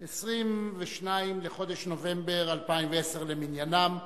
22 בחודש נובמבר 2010 למניינם.